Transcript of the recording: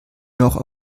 noch